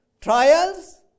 trials